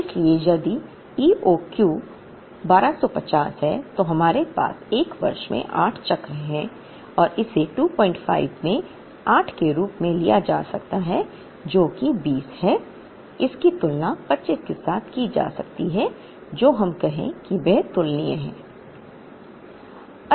इसलिए यदि E O Q 1250 है तो हमारे पास एक वर्ष में 8 चक्र हैं और इसे 25 में 8 के रूप में लिया जा सकता है जो कि 20 है जिसकी तुलना 25 के साथ की जा सकती है तो हम कहें कि वे तुलनीय हैं